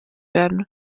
werden